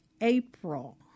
April